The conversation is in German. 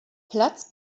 platz